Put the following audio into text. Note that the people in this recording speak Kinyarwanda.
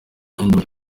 induru